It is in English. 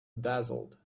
dazzled